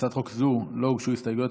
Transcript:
להצעת חוק זו לא הוגשו הסתייגויות,